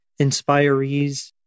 inspirees